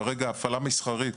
כרגע הפעלה מסחרית